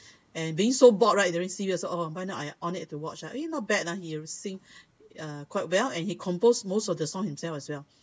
and being so bored right that mean serious then orh to watch ah eh not bad lah he sang uh quite well and he composed most of the song himself as well